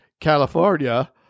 California